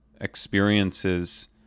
experiences